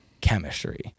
chemistry